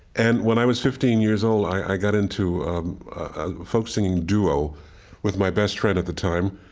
and when i was fifteen years old i got into a folk singing duo with my best friend at the time,